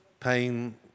Pain